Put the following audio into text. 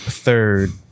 third